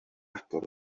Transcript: agor